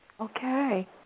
Okay